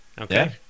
Okay